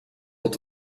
tot